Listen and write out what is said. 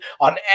on